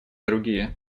другие